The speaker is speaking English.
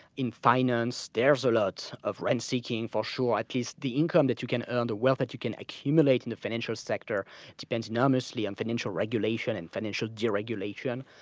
in finance, there's a lot of rent seeking for sure. at least, the income that you can earn, the wealth that you can accumulate in the financial sector depends enormously on financial regulation and financial deregulation.